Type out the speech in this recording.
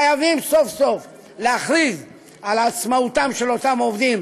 חייבים סוף-סוף להכריז על עצמאותם של אותם עובדים,